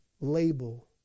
label